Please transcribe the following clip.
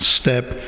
step